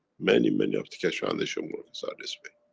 many, many of the keshe foundation workers are this way.